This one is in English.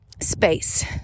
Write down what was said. space